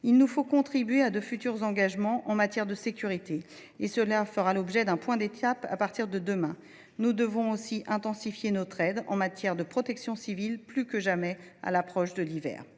Il nous faut contribuer à de futurs engagements en matière de sécurité. Cela fera l’objet d’un point d’étape à partir de demain. Nous devons aussi intensifier notre aide en matière de protection civile, plus que jamais à l’approche de l’hiver.